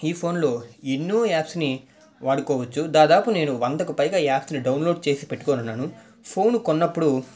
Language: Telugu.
ఈ ఫోన్లో ఎన్నో యాప్స్ని వాడుకోవచ్చు దాదాపు నేను వందకు పైగా యాప్స్ని డౌన్లోడ్ చేసిపెట్టుకున్నాను ఫోను కొన్నప్పుడు